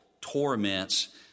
torments